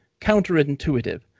counterintuitive